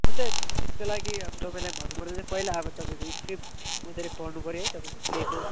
हुन्छ त्यसको लागि तपाईँलाई भन्नुपर्दा चाहिँ पहिला अब तपाईँको स्क्रिप्ट मजाले पढ्नुपऱ्यो है तपाईँको प्लेको